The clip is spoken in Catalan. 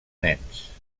nens